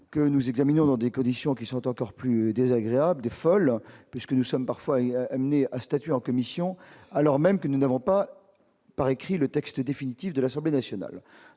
que nous examinions des commissions qui sont encore plus désagréable des folles parce que nous sommes parfois, est amené à statuer en commission, alors même que nous n'avons pas par écrit le texte définitif de l'Assemblée nationale,